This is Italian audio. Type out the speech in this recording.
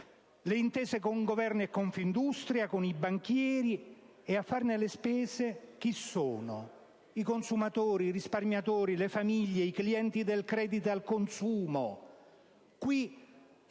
le intese con Governo e Confindustria. E a farne le spese chi sono? I consumatori, i risparmiatori, le famiglie, i clienti del credito al consumo.